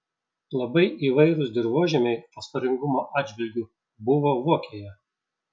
labai įvairūs dirvožemiai fosforingumo atžvilgiu buvo vokėje